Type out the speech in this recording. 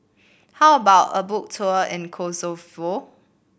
how about a Boat Tour in Kosovo